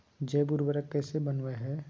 जैव उर्वरक कैसे वनवय हैय?